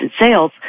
sales